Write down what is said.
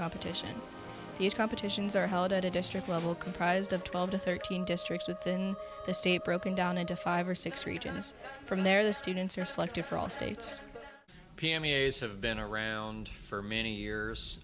competition these competitions are held at a district level comprised of twelve to thirteen districts within the state broken down into five or six regions from there the students are selected for all states p m ears have been around for many